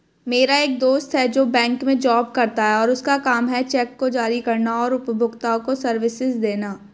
मेरा एक दोस्त है जो बैंक में जॉब करता है और उसका काम है चेक को जारी करना और उपभोक्ताओं को सर्विसेज देना